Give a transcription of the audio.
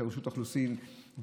רשות האוכלוסין,